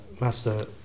master